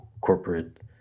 corporate